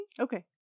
okay